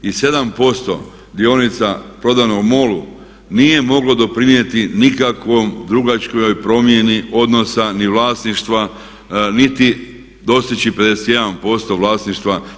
I 7% dionica prodano MOL-u nije moglo doprinijeti nikakvoj drugačijoj promjeni odnosa ni vlasništva, niti dostići 51% vlasništva.